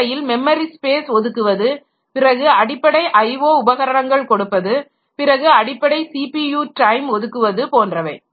அடிப்படையில் memory space ஒதுக்குவது பிறகு அடிப்படை IO உபகரணங்கள் கொடுப்பது பிறகு அடிப்படை சிபியு டைம் ஒதுக்குவது போன்றவை